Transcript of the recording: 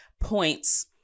points